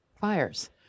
fires